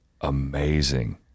amazing